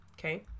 Okay